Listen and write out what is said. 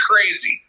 crazy